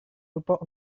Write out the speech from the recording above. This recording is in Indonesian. lupa